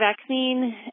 vaccine